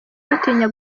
batinya